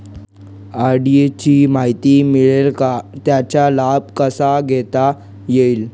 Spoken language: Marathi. आर.डी ची माहिती मिळेल का, त्याचा लाभ कसा घेता येईल?